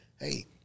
hey